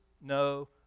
no